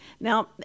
Now